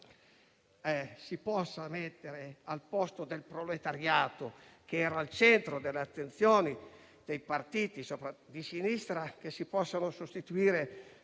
si possano mettere al posto del proletariato, che era al centro delle attenzioni dei partiti di sinistra, i *gay* e